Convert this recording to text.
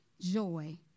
joy